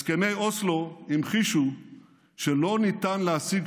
הסכמי אוסלו המחישו שלא ניתן להשיג